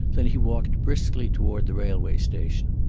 then he walked briskly toward the railway station.